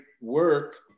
work